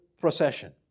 procession